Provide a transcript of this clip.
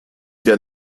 der